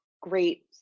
great